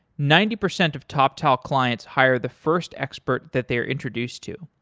ninety percent of toptal clients hire the first expert that they're introduced to.